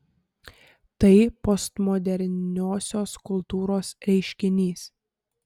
tai postmoderniosios kultūros reiškinys